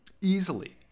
Easily